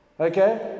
Okay